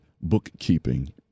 bookkeeping